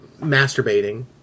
masturbating